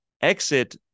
exit